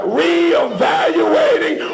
reevaluating